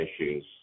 issues